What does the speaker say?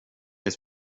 det